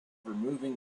removing